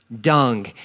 dung